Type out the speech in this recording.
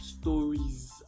stories